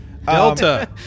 Delta